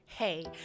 Hey